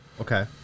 Okay